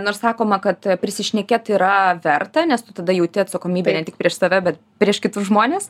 nors sakoma kad prisišnekėt yra verta nes tu tada jauti atsakomybę ne tik prieš save bet prieš kitus žmones